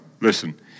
Listen